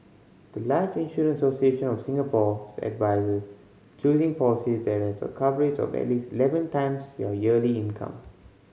the life Insurance Association of Singapore's advises choosing policies that have a coverage of at least eleven times your yearly income